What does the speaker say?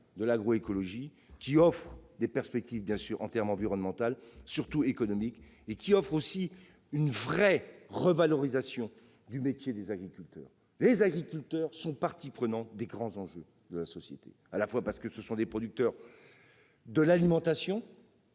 de l'agroécologie, qui offre des perspectives environnementales et surtout économiques, mais aussi une vraie revalorisation du métier d'agriculteur. Les agriculteurs sont parties prenantes des grands enjeux de la société, à la fois, parce que ce sont des producteurs d'aliments-